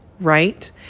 right